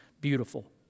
beautiful